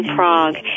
Prague